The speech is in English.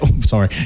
sorry